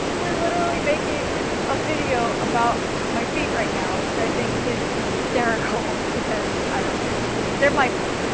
we're literally making a video about my feet right now, which i think is hysterical, because i don't know. just, they're my feet,